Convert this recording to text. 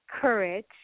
courage